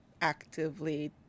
actively